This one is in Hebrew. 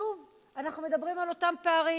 שוב אנחנו מדברים על אותם פערים,